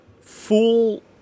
full